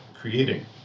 creating